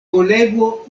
kolego